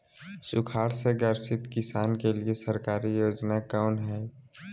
सुखाड़ से ग्रसित किसान के लिए सरकारी योजना कौन हय?